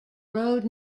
road